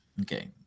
okay